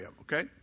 okay